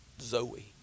Zoe